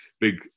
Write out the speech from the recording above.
big